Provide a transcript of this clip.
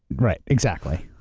right, exactly.